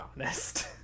honest